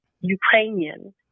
Ukrainian